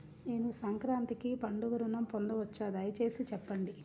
నేను సంక్రాంతికి పండుగ ఋణం పొందవచ్చా? దయచేసి చెప్పండి?